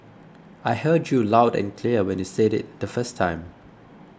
I heard you loud and clear when you said it the first time